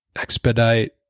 expedite